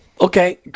Okay